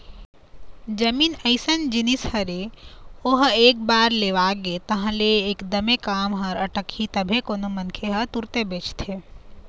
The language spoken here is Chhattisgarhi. जमीन अइसन जिनिस हरे ओहा एक बार लेवा गे तहाँ ले एकदमे काम ह अटकही तभे कोनो मनखे ह तुरते बेचथे